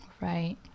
Right